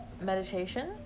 meditation